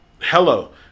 Hello